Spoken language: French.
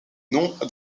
nom